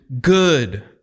good